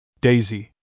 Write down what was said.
Daisy